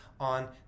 on